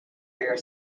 air